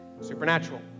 Supernatural